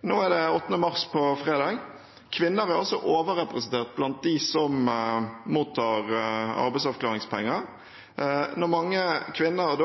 Fredag er det 8. mars. Kvinner er også overrepresentert blant dem som mottar arbeidsavklaringspenger. Når mange kvinner